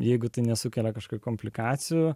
jeigu tai nesukelia kažkokių komplikacijų